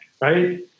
right